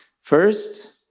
first